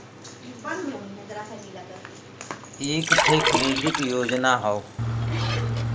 एक ठे क्रेडिट योजना हौ